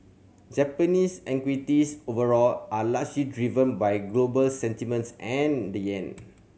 Japanese equities overall are largely driven by global sentiments and the yen